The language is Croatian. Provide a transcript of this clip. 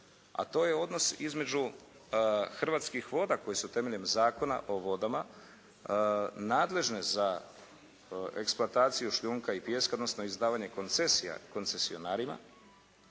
a to je odnos između Hrvatskih voda koje su temeljem Zakona o vodama nadležne za eksploataciju šljunka i pijeska odnosno izdavanje koncesija koncesionarima,